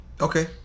okay